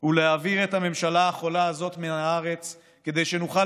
הוא להעביר את הממשלה החולה הזאת מהארץ כדי שנוכל